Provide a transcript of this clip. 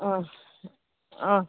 অঁ অঁ